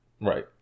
Right